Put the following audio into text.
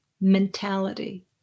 mentality